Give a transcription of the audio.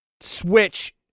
Switch